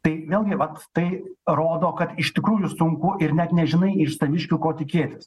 tai vėlgi vat tai rodo kad iš tikrųjų sunku ir net nežinai iš saviškių ko tikėtis